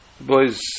boys